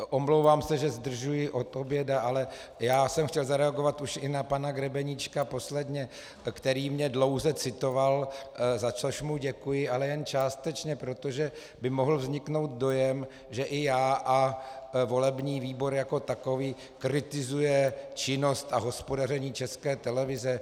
Omlouvám se, že zdržuji od oběda, ale chtěl jsem zareagovat posledně už i na pana Grebeníčka, který mě dlouze citoval, za což mu děkuji ale jen částečně, protože by mohl vzniknout dojem, že i já a volební výbor jako takový kritizuje činnost a hospodaření České televize.